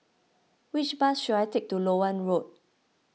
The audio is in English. which bus should I take to Loewen Road